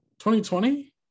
2020